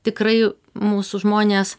tikrai mūsų žmonės